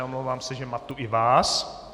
Omlouvám se, že matu i vás.